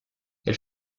elle